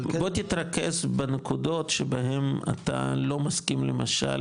בוא תתרכז בנקודות שאתה לא מסכים למשל,